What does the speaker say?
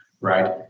right